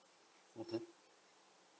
mmhmm